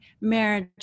marriage